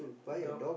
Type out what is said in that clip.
dog